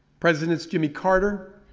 presidents jimmy carter,